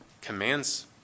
commands